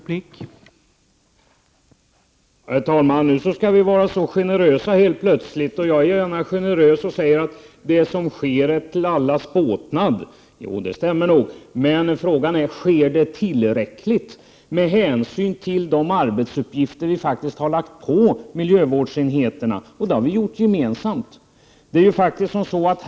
Herr talman! Nu skall vi helt plötsligt vara generösa. Jag är gärna generös och säger att det som sker är till allas båtnad. Det stämmer nog. Men frågan är: Sker det tillräckligt, med hänsyn till de arbetsuppgifter vi faktiskt har lagt på miljövårdsenheterna? Vi har gemensamt lagt på dem dessa uppgifter.